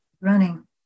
running